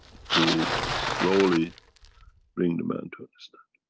to slowly bring the man to understand.